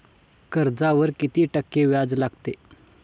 कर्जावर किती टक्के व्याज लागते?